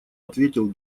ответил